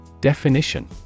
Definition